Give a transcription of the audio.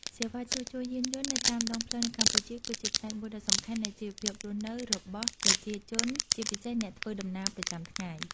សេវាជួសជុលយានយន្តនៅតាមដងផ្លូវនៅកម្ពុជាគឺជាផ្នែកមួយដ៏សំខាន់នៃជីវភាពរស់នៅរបស់ប្រជាជន ជាពិសេសអ្នកធ្វើដំណើរប្រចាំថ្ងៃ។